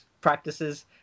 practices